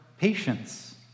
patience